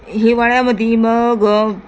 हिवाळ्यामध्ये मग